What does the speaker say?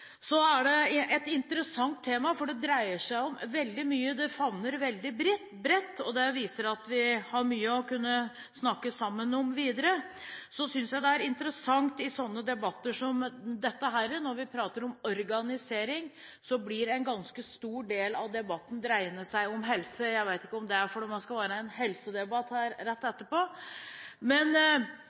dreier seg om veldig mye. Det favner veldig bredt, og det viser at vi har mye å kunne snakke sammen om videre. Jeg synes det er interessant i slike debatter som dette, at når vi prater om organisering, dreier en ganske stor del av debatten seg om helse. Jeg vet ikke om det er fordi det skal være en helsedebatt her rett etterpå.